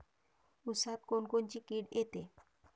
ऊसात कोनकोनची किड येते?